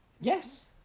Yes